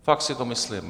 Fakt si to myslím.